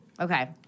Okay